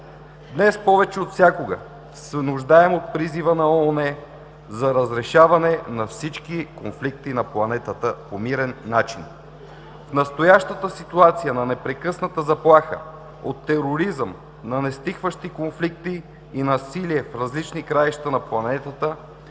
Днес повече от всякога се нуждаем от призива на ООН за разрешаване на всички конфликти на планетата по мирен начин. В настоящата ситуация на непрекъсната заплаха от тероризъм, на нестихващи конфликти и насилие в различни краища на планетата,